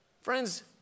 Friends